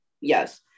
yes